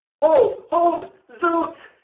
hold, hold zounds,